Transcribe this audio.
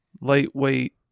lightweight